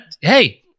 hey